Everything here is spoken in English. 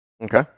Okay